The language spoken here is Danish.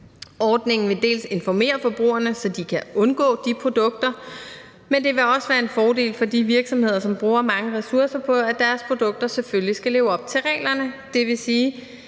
Ordningen vil dels informere forbrugerne, så de kan undgå de produkter, dels være en fordel for de virksomheder, som bruger mange ressourcer på, at deres produkter selvfølgelig lever op til reglerne, dvs.